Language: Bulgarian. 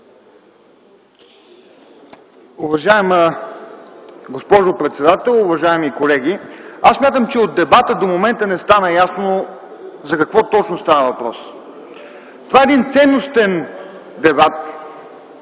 Уважаема госпожо председател, уважаеми колеги. Аз смятам, че от дебата до момента не става ясно за какво точно става въпрос. Това е един ценностен дебат,